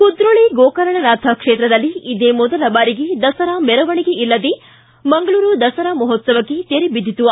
ಕುದ್ರೋಳಿ ಗೋಕರ್ಣನಾಥ ಕ್ಷೇತ್ರದಲ್ಲಿ ಇದೇ ಮೊದಲ ಬಾರಿಗೆ ದಸರಾ ಮೆರವಣಿಗೆ ಇಲ್ಲದೆ ಮಂಗಳೂರು ದಸರಾ ಮಹೋತ್ಸವಕ್ಕೆ ತೆರೆ ಬಿದ್ದಿತು